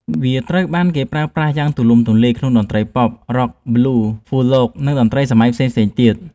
វាត្រូវបានគេប្រើប្រាស់យ៉ាងទូលំទូលាយក្នុងតន្ត្រីប៉ុប រ៉ុក ប៊្លូស៍ ហ្វូលក និងតន្ត្រីសម័យថ្មីផ្សេងៗទៀត។